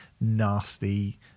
nasty